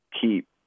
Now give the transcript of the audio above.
keep